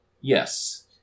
Yes